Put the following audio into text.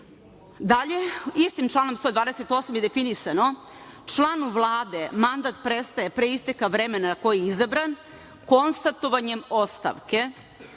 istim članom 128. je definisano – članu Vlade mandat prestaje pre isteka vremena na koji je izabran konstatovanjem ostavke.